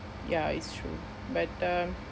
ya it's true but um